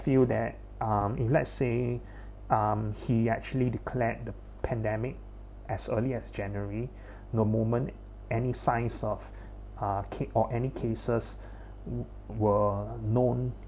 feel that um if let's say um he actually declared the pandemic as early as january the moment any signs of uh keep or any cases w~ were known